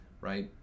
right